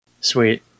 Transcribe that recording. Sweet